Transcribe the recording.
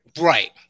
Right